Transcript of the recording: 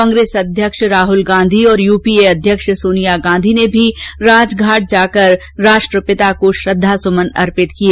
कांग्रेस अध्यक्ष राहल गांधी और यूपीए अध्यक्ष सोनिया गांधी ने भी राजघाट जाकर श्रद्वासुमन अर्पित किए